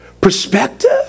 perspective